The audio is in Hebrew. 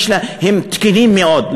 הן תקינות מאוד.